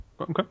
Okay